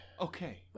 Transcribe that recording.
Okay